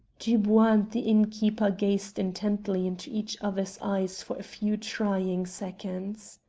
dubois and the innkeeper gazed intently into each other's eyes for a few trying seconds.